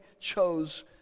chose